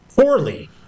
poorly